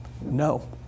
no